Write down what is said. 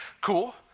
cool